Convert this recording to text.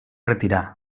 retirar